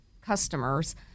customers